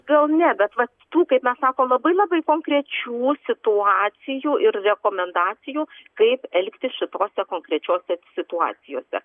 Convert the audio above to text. gal ne bet vat tų kaip mes sakom labai labai konkrečių situacijų ir rekomendacijų kaip elgtis šitose konkrečiose situacijose